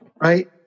right